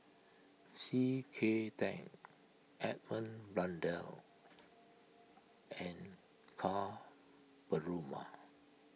C K Tang Edmund Blundell and Ka Perumal